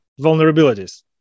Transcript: vulnerabilities